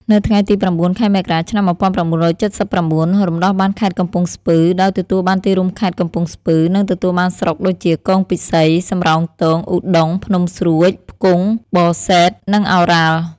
នៅថ្ងៃទី ០៩ ខែមករា ឆ្នាំ ១៩៧៩ រំដោះបានខេត្តកំពង់ស្ពឺ ដោយទទួលបានទីរួមខេត្ត កំពង់ស្ពឺ និងទទួលបានស្រុកដូចជា គងពិសី សំរោងទង ឧដុង្គ ភ្នំស្រួច ផ្គង់ បសេដ្ឋ និងឱរ៉ាល់។